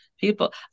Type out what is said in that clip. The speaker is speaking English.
people